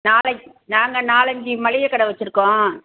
நாளைக்கு நாங்கள் நாலஞ்சு மளிகைக் கடை வெச்சுருக்கோம்